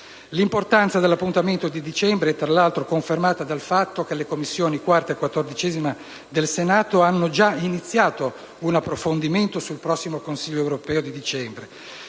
L'importanza dell'appuntamento di dicembre è, tra l'altro, confermata dal fatto che le Commissioni 4a e 14a del Senato hanno già iniziato un approfondimento sul prossimo Consiglio europeo di dicembre,